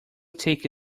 take